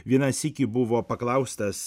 vieną sykį buvo paklaustas